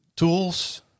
tools